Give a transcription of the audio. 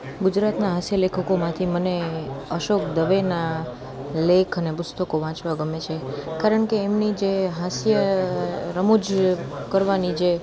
ગુજરાતનાં હાસ્ય લેખકોમાંથી મને અશોક દવેના લેખ અને પુસ્તકો વાંચવા ગમે છે કારણ કે એમની જે હાસ્ય રમુજ કરવાની જે